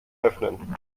öffnen